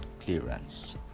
clearance